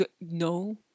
No